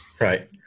Right